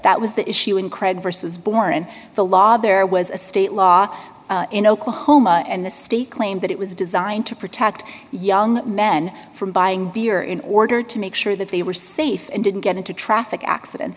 that was the issue in credit for says born in the law there was a state law in oklahoma and the state claimed that it was designed to protect young men from buying beer in order to make sure that they were safe and didn't get into traffic accident